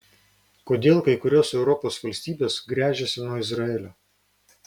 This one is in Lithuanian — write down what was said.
kodėl kai kurios europos valstybės gręžiasi nuo izraelio